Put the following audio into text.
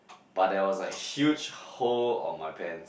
but there was a huge hole on my pants